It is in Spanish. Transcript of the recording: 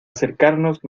acercarnos